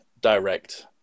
direct